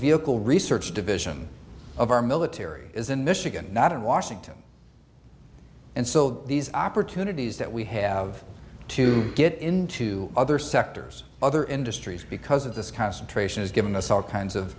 vehicle research division of our military is in michigan not in washington and so these opportunities that we have to get into other sectors other industries because of this concentration has given us all kinds